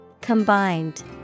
Combined